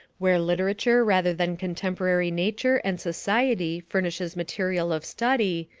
where literature rather than contemporary nature and society furnishes material of study,